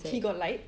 he got light